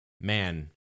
man